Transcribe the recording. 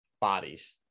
bodies